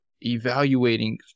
evaluating